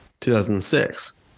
2006